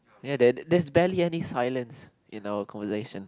ya there there's barely any silence in our conversation